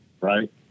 right